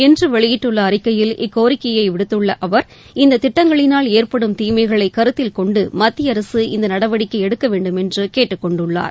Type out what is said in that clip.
இன்று வெளியிட்டுள்ள அறிக்கையில் இக்கோரிக்கையை விடுத்துள்ள அவர் இந்த திட்டங்களினால் ஏற்படும் தீமைகளை கருத்தில் கொண்டு மத்திய அரசு இந்த நடவடிக்கை எடுக்க வேண்டும் என்று கேட்டுக் கொண்டுள்ளார்